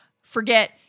Forget